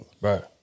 Right